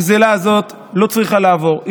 הגזלה הזאת לא צריכה לעבור,